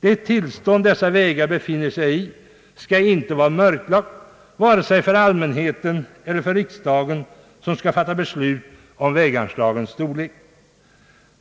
Det tillstånd dessa vägar befinner sig i skall inte vara mörklagt vare sig för allmänheten eller för riksdagen, som skall fatta beslut om väganslagens storlek.